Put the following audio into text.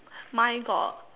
mine got